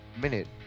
minute